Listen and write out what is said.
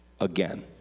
again